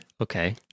Okay